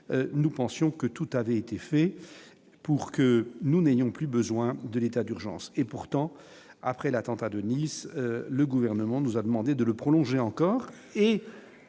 nous pensions que tout avait été fait pour que nous n'ayons plus besoin de l'état d'urgence et pourtant après l'attentat de Nice, le gouvernement nous a demandé de le prolonger encore